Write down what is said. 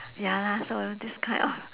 ya lah so this kind of